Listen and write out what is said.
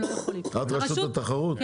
הם לא יכולים את רשות התחרות?